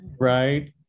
right